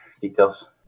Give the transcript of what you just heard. details